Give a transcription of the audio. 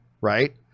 right